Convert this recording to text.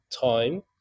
time